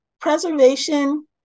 preservation